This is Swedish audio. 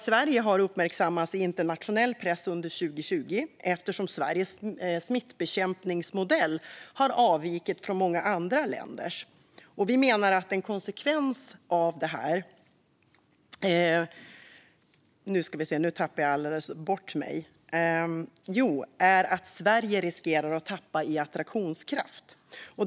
Sverige har uppmärksammats i internationell press under 2020 eftersom Sveriges smittbekämpningsmodell har avvikit från många andra länders. Vi menar att en konsekvens av detta är att Sverige riskerar att tappa i attraktionskraft.